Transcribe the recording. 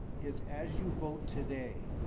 is as you vote today?